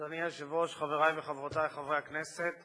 אדוני היושב-ראש, חברי וחברותי חברי הכנסת,